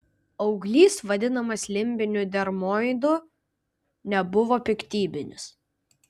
auglys vadinamas limbiniu dermoidu nebuvo piktybinis